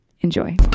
Enjoy